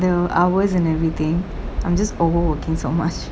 the hours and everything I'm just overworking so much